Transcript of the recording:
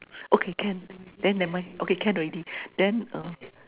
okay can then never mind okay can already then uh